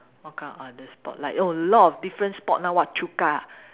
what kind of other sport like oh a lot of different sport now what Chukka